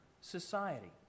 society